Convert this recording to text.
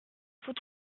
faut